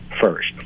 first